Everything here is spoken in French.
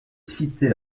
cité